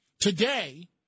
Today